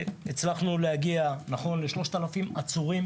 הצלחנו להגיע ל-3,000 עצורים.